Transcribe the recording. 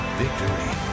victory